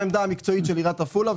המקצועית שלנו בעיריית עפולה.